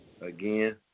Again